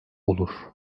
olur